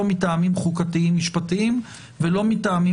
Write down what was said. לא מטעמים חוקתיים-משפטיים ולא מטעמים